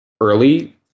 early